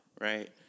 right